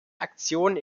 aktionen